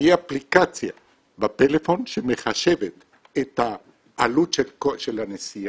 תהיה אפליקציה בטלפון שמחשבת את העלות של הנסיעה,